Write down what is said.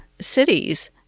cities